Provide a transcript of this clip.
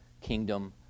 kingdom